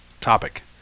topic